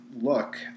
look